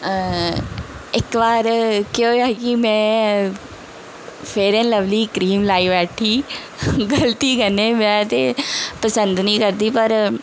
इक बार केह् होएआ कि में फेयर ऐंड लबली क्रीम लाई बैठी कन्नै गलती में ते पसंद नी करदी पर